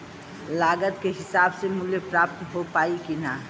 लागत के हिसाब से मूल्य प्राप्त हो पायी की ना?